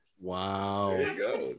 Wow